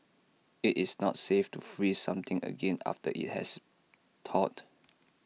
IT is not safe to freeze something again after IT has thawed